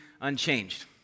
unchanged